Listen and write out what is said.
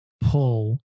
pull